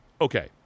Okay